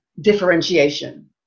Differentiation